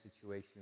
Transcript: situation